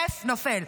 דף נופל,